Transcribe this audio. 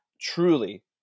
truly